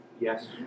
Yes